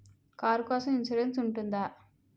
Car కోసం insurance ఉంటుందా?